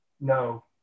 No